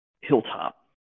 hilltop